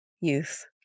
youth